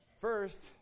First